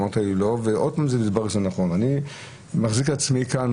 --- אני מחזיק את עצמי כאן,